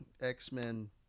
X-Men